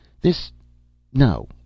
This—no